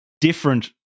different